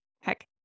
Heck